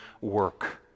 work